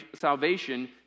salvation